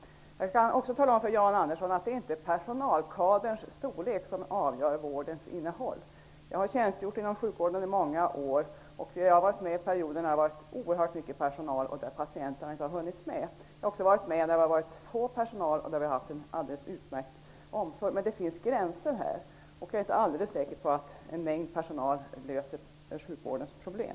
Det är inte personalkaderns storlek som avgör vårdens innehåll, Jan Andersson. Jag har tjänstgjort inom sjukvården i många år, och jag har varit med under perioder när det har funnits oerhört mycket personal och patienterna inte har hunnits med. Jag har också varit med under perioder då det har varit litet personal och vi har haft en utmärkt omsorg. Men det finns gränser. Jag är inte alldeles säker på att en mängd personal löser sjukvårdens problem.